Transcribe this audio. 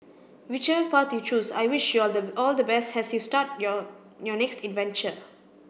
whichever path you choose I wish you the all the best as you start your your next adventure